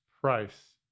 price